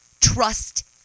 trust